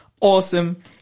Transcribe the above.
awesome